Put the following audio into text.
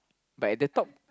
but at the top